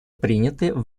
приняты